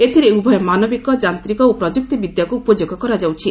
ଏଥିରେ ଉଭୟ ମାନବିକ ଯାନ୍ତିକ ଓ ପ୍ରଯୁକ୍ତିବିଦ୍ୟାକୁ ଉପଯୋଗ କରାଯାଉଛି